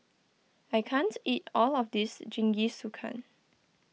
I can't eat all of this Jingisukan